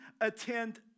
attend